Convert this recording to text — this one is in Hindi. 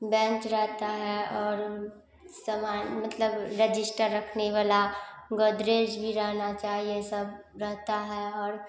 बेंच रहता है और सामान मतलब रजिस्टर रखने वाला गोदरेज भी रहना चाहिए सब रहता है और